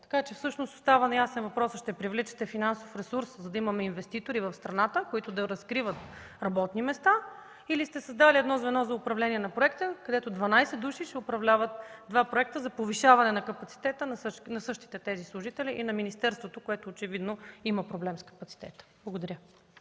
Така че всъщност остава неясен въпросът: ще привличате финансов ресурс, за да имаме инвеститори в страната, които да разкриват работни места, или сте създали едно звено за управление на проекти, където 12 души ще управляват два проекта за повишаване на капацитета на същите тези служители и на министерството, което очевидно има проблем с капацитета? Благодаря.